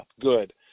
good